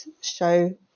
show